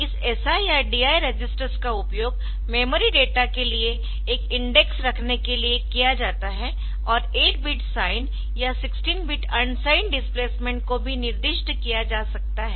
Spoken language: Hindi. इस SI या DI रजिस्टर्स का उपयोग मेमोरी डेटा के लिए एक इंडेक्स रखने के लिए किया जाता है और 8 बिट साइंड या 16 बिट अनसाइंड डिस्प्लेसमेंट को भी निर्दिष्ट किया जा सकता है